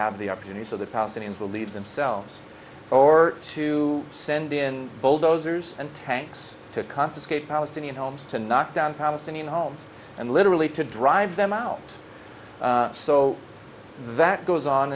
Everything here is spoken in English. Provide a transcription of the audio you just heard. have the opportunity so the palestinians will leave themselves or to send in bulldozers and tanks to confiscate palestinian homes to knock down palestinian homes and literally to drive them out so that goes on